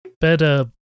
better